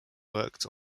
worked